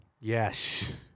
Yes